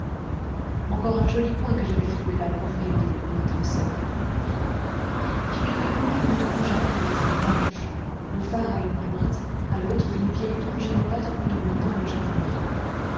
encore un joli coin que j'avais trouvé là pour rêver et pour être seul figurez-vous une île rougeâtre et d'aspect farouche le phare à une pointe à l'autre une vieille tour génoise où de mon temps logeait un aigle